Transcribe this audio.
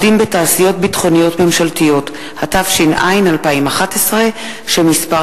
שבט התשע"א, 31 בינואר 2011 למניינם.